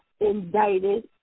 indicted